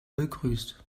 begrüßt